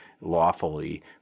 lawfully